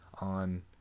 on